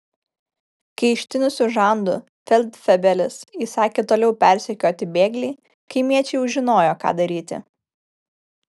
kai ištinusiu žandu feldfebelis įsakė toliau persekioti bėglį kaimiečiai jau žinojo ką daryti